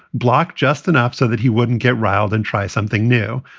block just enough so that he wouldn't get riled and try something new.